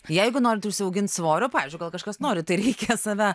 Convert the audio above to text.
jeigu norite užsiaugint svorio pavyzdžiui gal kažkas nori tai reikia save